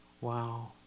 Wow